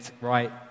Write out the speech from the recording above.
right